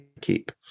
keep